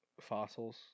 Fossils